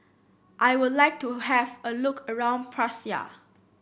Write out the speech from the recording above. I would like to have a look around Praia